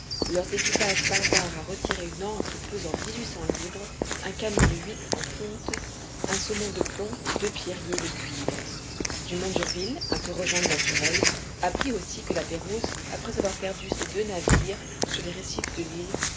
leurs équipages parvinrent à retirer une ancre pesant dix-huit cents livres un canon de huit en fonte un saumon de plomb et deux pierriers de cuivre dumont d'urville interrogeant les naturels apprit aussi que la pérouse après avoir perdu ses deux navires sur les récifs de l'île